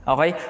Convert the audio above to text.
Okay